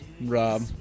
Rob